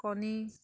কণী